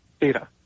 data